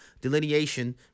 delineation